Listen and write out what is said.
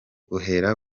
uhera